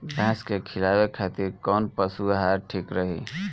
भैंस के खिलावे खातिर कोवन पशु आहार ठीक रही?